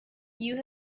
you